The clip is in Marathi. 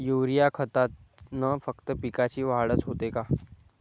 युरीया खतानं फक्त पिकाची वाढच होते का?